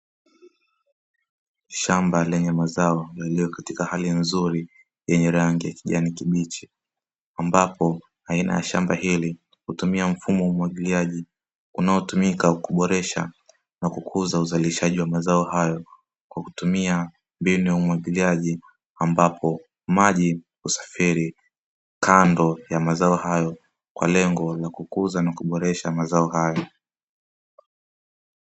Shamba lenye mazao yaliyo katika hali nzuri yenye rangi ya kijani kibichi ambapo aina ya shamba hili hutumia mfumo wa umwagiliaji; unaotumika kuboresha na kukuza uzalishaji wa mazao hayo kwa kutumia mbinu ya umwagiliaji ambapo maji kusafiri kando ya mazao hayo, kwa lengo la kukuza na kuboresha mazao hayo.